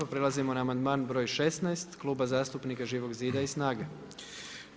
Pa prelazimo na amandman broj 16 Kluba zastupnika Živog zida i SNAGA-e.